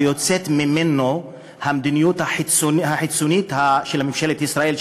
ויוצאת ממנו המדיניות החיצונית של ממשלת ישראל,